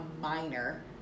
minor